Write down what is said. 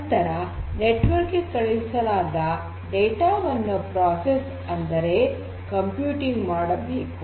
ನಂತರ ನೆಟ್ವರ್ಕ್ ಗೆ ಕಳುಹಿಸಲಾದ ಡೇಟಾ ವನ್ನು ಪ್ರಕ್ರಿಯೆ ಅಂದರೆ ಕಂಪ್ಯೂಟಿಂಗ್ ಮಾಡಬೇಕು